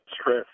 stress